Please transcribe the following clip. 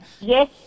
Yes